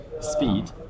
speed